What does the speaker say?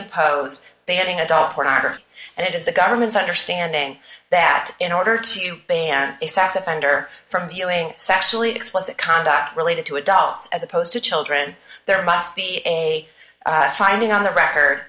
opposed banning adult pornography and it is the government's understanding that in order to ban a sex offender from feeling sexually explicit conduct related to adults as opposed to children there must be a finding on the record